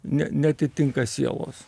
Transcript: ne neatitinka sielos